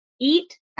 Eat